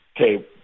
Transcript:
okay